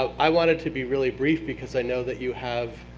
i wanted to be really brief because i know that you have